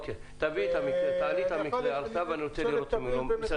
תעלי את המקרה על הכתב ואני רוצה לבדוק אותו.